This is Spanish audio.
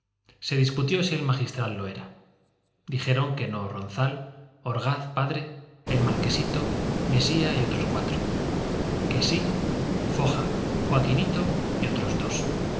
se discutió si el magistral lo era dijeron que no ronzal orgaz padre el marquesito mesía y otros cuatro que sí foja joaquinito y otros dos